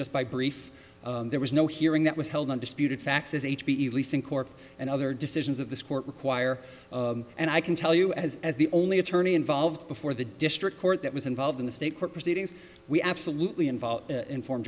just by brief there was no hearing that was held undisputed facts is h b e leasing corp and other decisions of this court require and i can tell you as as the only attorney involved before the district court that was involved in the state court proceedings we absolutely involved inform